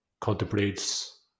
contemplates